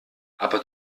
aber